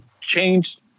changed